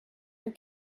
your